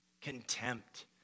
contempt